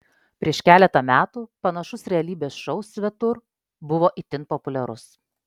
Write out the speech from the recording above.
prieš keletą metų panašus realybės šou svetur buvo itin populiarus